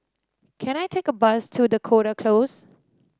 can I take a bus to Dakota Close